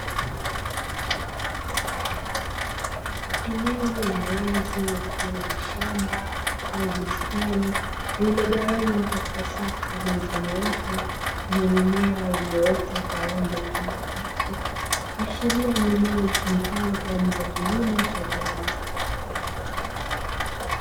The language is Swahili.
Eneo la wazi mfano wa shamba au bustani lililogawanywa katika safu zilizonyooka yenye mimea iliyoota kwa rangi ya kijani kibichi, kuashiria ni eneo litumikalo kwa ajili ya kilimo cha viwanda.